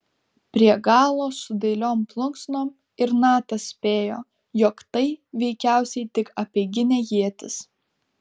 prie galo su dailiom plunksnom ir natas spėjo jog tai veikiausiai tik apeiginė ietis